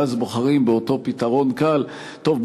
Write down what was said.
ואז בוחרים באותו פתרון קל: טוב,